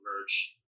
merge